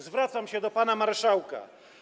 Zwracam się do pana marszałka.